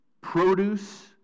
produce